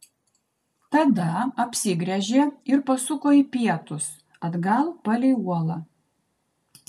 tada apsigręžė ir pasuko į pietus atgal palei uolą